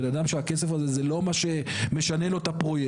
בן אדם שהכסף הזה זה לא מה שמשנה לו את הפרויקט,